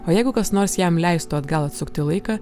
o jeigu kas nors jam leistų atgal atsukti laiką